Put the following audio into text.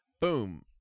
Boom